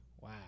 Wow